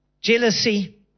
Jealousy